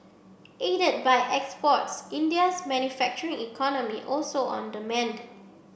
aided by exports India's manufacturing economy also on the mend